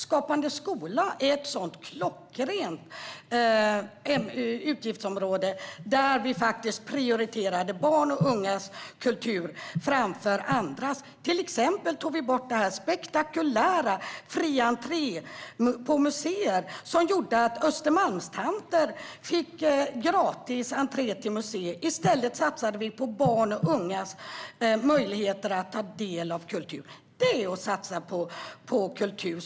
Skapande skola är ett sådant klockrent utgiftsområde där vi faktiskt prioriterade barns och ungas kultur framför andras. Vi tog till exempel bort den spektakulära reformen med fri entré till museer som gjorde att Östermalmstanter fick gratis entré till museer. I stället satsade vi på barns och ungas möjligheter att ta del av kultur. Det är att satsa på kultur.